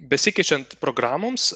besikeičiant programoms